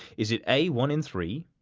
is it a one in three,